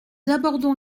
abordons